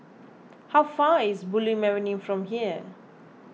how far is Bulim Avenue from here